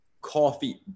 coffee